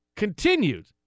Continued